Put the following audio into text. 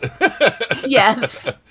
Yes